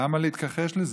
למה להתכחש לזה?